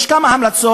יש כמה המלצות,